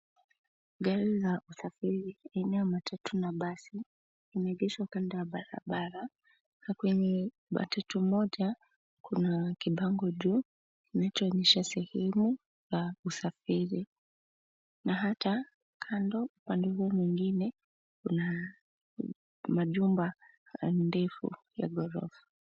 Gari la usafiri, aina ya matatu na basi limeegeshwa kando ya barabara na kwenye matatu moja kuna kibango juu kinachoonyesha sehemu ya usafiri na hata kando upande huo mwingine kuna majumba ndefu ya ghorofa.